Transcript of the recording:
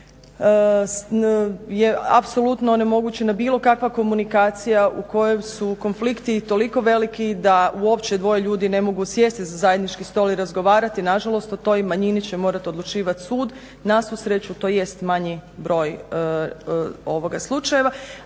je apsolutno onemogućena bilo kakva komunikacija, u kojem su konflikti toliko veliki da uopće dvoje ljudi ne mogu sjesti za zajednički stol i razgovarati, nažalost o toj manjini će morati odlučivati sud. Na svu sreću to jest manji broj ovoga slučajeva